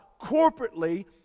corporately